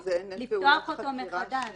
הסמכות לפתוח אותו מחדש